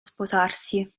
sposarsi